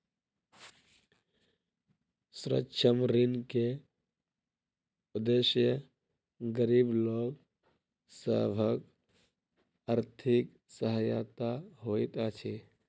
सूक्ष्म ऋण के उदेश्य गरीब लोक सभक आर्थिक सहायता होइत अछि